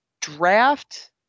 draft